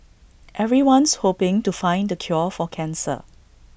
everyone's hoping to find the cure for cancer